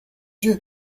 dieu